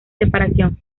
separación